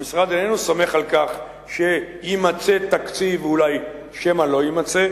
המשרד איננו סומך על כך שיימצא תקציב ואולי לא יימצא,